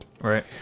Right